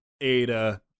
Ada